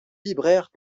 vibrèrent